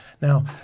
Now